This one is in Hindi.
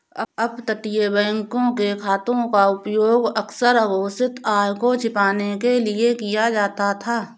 अपतटीय बैंकों के खातों का उपयोग अक्सर अघोषित आय को छिपाने के लिए किया जाता था